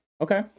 okay